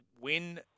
win